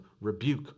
rebuke